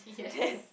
then